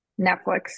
Netflix